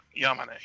Yamane